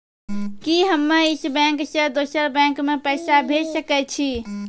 कि हम्मे इस बैंक सें दोसर बैंक मे पैसा भेज सकै छी?